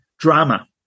drama